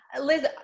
Liz